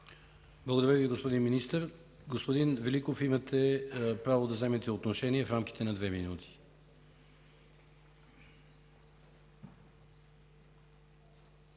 Благодаря Ви, господин Министър. Господин Великов, имате право да вземете отношение в рамките на две минути.